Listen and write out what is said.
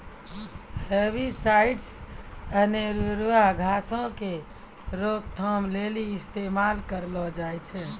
herbicides अनेरुआ घासो के रोकथाम लेली इस्तेमाल करलो जाय छै